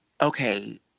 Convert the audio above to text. Okay